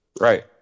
Right